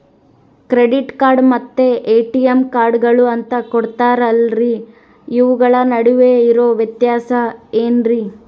Credit card ಮತ್ತ ATM ಕಾರ್ಡುಗಳು ಅಂತಾ ಕೊಡುತ್ತಾರಲ್ರಿ ಅವುಗಳ ನಡುವೆ ಇರೋ ವ್ಯತ್ಯಾಸ ಏನ್ರಿ?